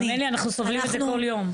האמן לי שאנחנו סובלים מזה בכל יום.